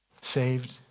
saved